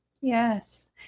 Yes